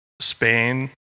Spain